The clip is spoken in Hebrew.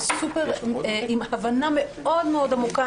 עם הבנה מאוד מאוד עמוקה.